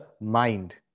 mind